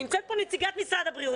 נמצאת פה נציגת משרד הבריאות.